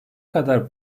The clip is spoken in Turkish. kadar